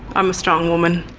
i'm a strong woman.